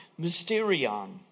mysterion